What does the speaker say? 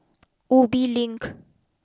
Ubi Link